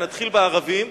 נתחיל בערבים,